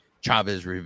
Chavez